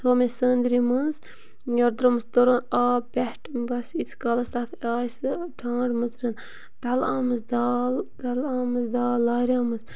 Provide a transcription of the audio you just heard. تھوٚو مےٚ سٲنٛدرِ مَنٛز یورٕ ترٛوومَس تُرُن آب پٮ۪ٹھٕ بَس ییٖتِس کالَس تَتھ آے سُہ ٹھانٛڈ مٕژرَن تَلہٕ آمٕژ دال تَلہٕ آمٕژ دال لاریمٕژ